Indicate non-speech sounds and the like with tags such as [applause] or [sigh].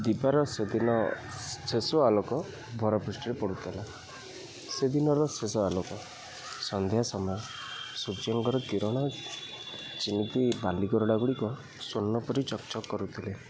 ଦିବାର ସେଦିନ ଶେଷ ଆଲୋକ ଭରପୃଷ୍ଟିରେ ପଡ଼ୁଥିଲା ସେଦିନର ଶେଷ ଆଲୋକ ସନ୍ଧ୍ୟା ସମୟ ସୂର୍ଯ୍ୟଙ୍କର କିରଣ [unintelligible] ବାଲିଗରଡ଼ା ଗୁଡ଼ିକ ସ୍ୱର୍ଣ୍ଣ ପରି ଚକ୍ ଚକ୍ କରୁଥିଲେ